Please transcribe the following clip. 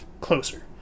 Closer